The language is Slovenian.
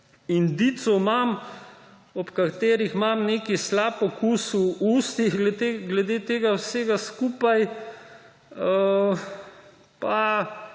indicev imam, ob katerih imam neki slab okus v ustih glede tega vsega skupaj. Pa